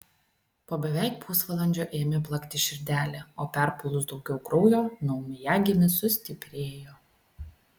po beveik pusvalandžio ėmė plakti širdelė o perpylus daugiau kraujo naujagimis sustiprėjo